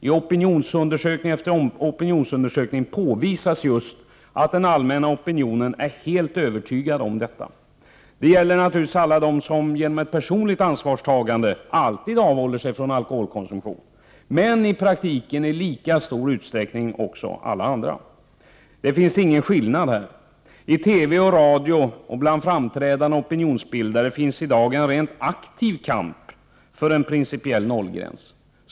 I opinionsundersökning efter opinionsundersökning påvisas att den allmänna opinionen är helt övertygad om detta. Det gäller naturligtvis alla de som genom ett personligt ansvarstagande alltid avhåller sig från alkoholkonsumtion, men i praktiken i lika stor utsträckning också alla andra. Här finns ingen skillnad. I TV och radio och bland framträdande opinionsbildare finns i dag en rent aktiv kamp för en principiell nollgräns.